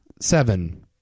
Seven